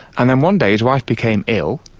and then one day his wife became ill,